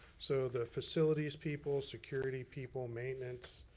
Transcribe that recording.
so the facilities people, security people, maintenance,